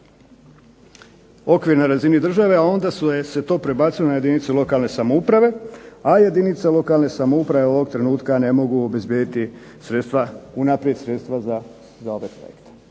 okvir na razini države, a onda se to prebacilo na jedinice lokalne samouprave. A jedinice lokalne samouprave ovoga trenutaka ne mogu unaprijed obezbijediti sredstva za ove projekte